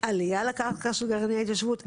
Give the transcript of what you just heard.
עלייה לקרקע של גרעיני התיישבות,